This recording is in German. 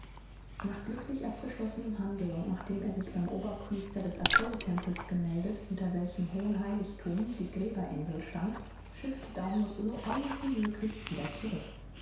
nach glücklich abgeschlossenem handel und nachdem er sich beim oberpriester des apollotempels gemeldet unter welchem hohen heiligthum die gräberinsel stand schiffte daunus so eilig wie möglich wieder zurück